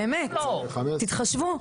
באמת תתחשבו.